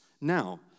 Now